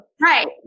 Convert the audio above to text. right